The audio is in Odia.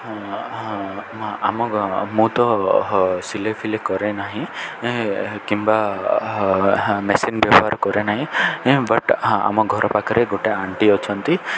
ହଁ ଆମ ମୁଁ ତ ହ ସିଲେଇ ଫିଲେଇ କରେ ନାହିଁ କିମ୍ବା ମେସିନ୍ ବ୍ୟବହାର କରେ ନାହିଁ ବଟ୍ ଆମ ଘର ପାଖରେ ଗୋଟେ ଆଣ୍ଟି ଅଛନ୍ତି